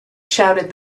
shouted